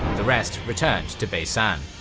the rest returned to baisan.